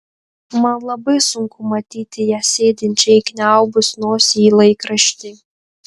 man labai sunku matyti ją sėdinčią įkniaubus nosį į laikraštį